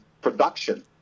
production